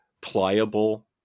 pliable